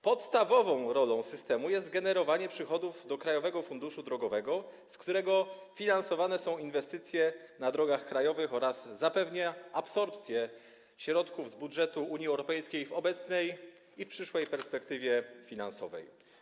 Podstawową rolą systemu jest generowanie przychodów do Krajowego Funduszu Drogowego, z którego finansowane są inwestycje na drogach krajowych, oraz zapewnienie absorpcji środków z budżetu Unii Europejskiej w obecnej i w przyszłej perspektywie finansowej.